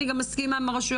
אני גם מסכימה עם הרשויות.